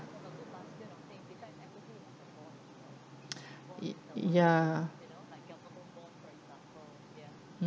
ya